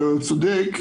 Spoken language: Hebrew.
והוא צודק,